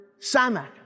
samak